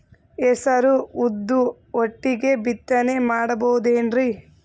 ಹೆಸರು ಉದ್ದು ಒಟ್ಟಿಗೆ ಬಿತ್ತನೆ ಮಾಡಬೋದೇನ್ರಿ?